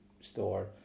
store